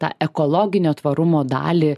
tą ekologinio tvarumo dalį